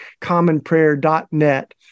commonprayer.net